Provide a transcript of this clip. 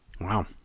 wow